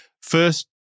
first